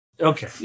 Okay